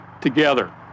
together